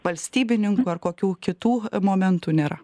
valstybininkų ar kokių kitų momentų nėra